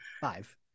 Five